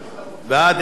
27 בעד,